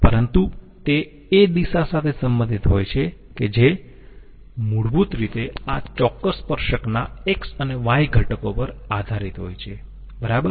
પરંતુ તે એ દિશા સાથે સંબંધિત હોય છે કે જે મૂળભૂત રીતે આ ચોક્કસ સ્પર્શકના x અને y ઘટકો પર આધારિત હોય છે બરાબર